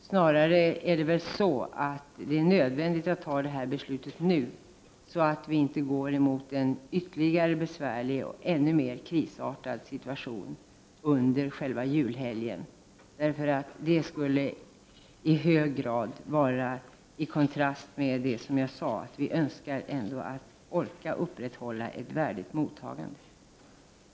Snarare är det nödvändigt att detta beslut fattas nu så att situationen inte blir ännu mer besvärlig och krisartad under själva julhelgen. Det skulle i hög grad stå i kontrast till det som jag sade, att regeringen ändå önskar att upprätthålla ett värdigt mottagande.